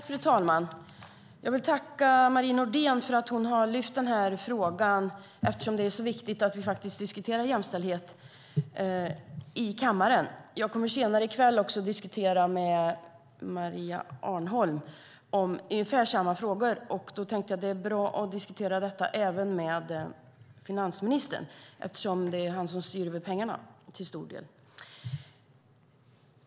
Fru talman! Jag vill tacka Marie Nordén för att hon har lyft fram denna fråga, eftersom det är så viktigt att vi diskuterar jämställdhet i kammaren. Jag kommer senare i kväll att diskutera ungefär samma frågor med Maria Arnholm, och jag tänkte att det är bra att diskutera detta även med finansministern eftersom det är han som till stor del styr över pengarna.